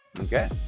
Okay